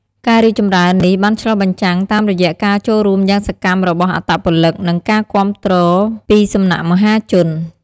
ការរីកចម្រើននេះបានឆ្លុះបញ្ចាំងតាមរយៈការចូលរួមយ៉ាងសកម្មរបស់អត្តពលិក និងការគាំទ្រពីសំណាក់មហាជន។